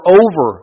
over